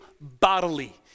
bodily